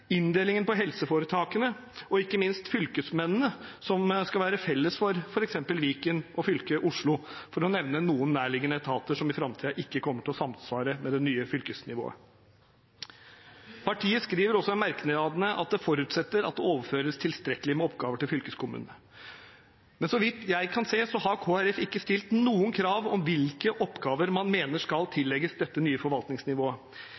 inndelingen på helseforetakene, og ikke minst fylkesmennene, som skal være felles for f.eks. Viken og fylket Oslo, for å nevne noen nærliggende etater som i framtiden ikke kommer til å samsvare med det nye fylkesnivået. Partiet skriver også i merknadene at det forutsetter «at det overføres tilstrekkelig med oppgaver til fylkeskommunene». Men så vidt jeg kan se, har ikke Kristelig Folkeparti stilt noen krav om hvilke oppgaver man mener skal tillegges dette nye forvaltningsnivået.